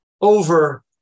over